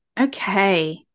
Okay